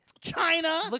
China